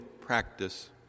practice